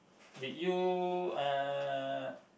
did you uh